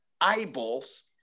eyeballs